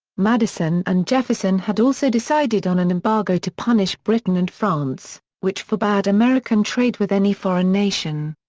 madison and jefferson had also decided on an embargo to punish britain and france, which forbade american trade with any foreign nation.